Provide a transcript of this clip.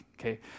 okay